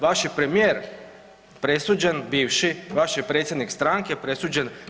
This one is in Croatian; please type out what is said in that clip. Vaš je premijer presuđen bivši, vaš je predsjednik stranke presuđen.